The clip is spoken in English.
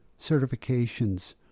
certifications